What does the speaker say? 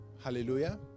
Hallelujah